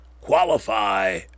qualify